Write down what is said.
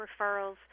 referrals